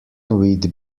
we’d